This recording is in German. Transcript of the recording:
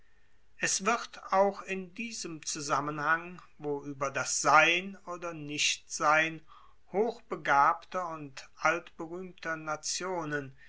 es wird auch in diesem zusammenhang wo ueber das sein oder nichtsein hochbegabter und altberuehmter nationen